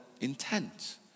intent